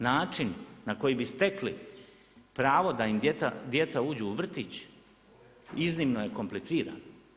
Način na koji bi stekli pravo da im djeca uđu u vrtić iznimno je kompliciran.